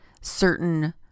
certain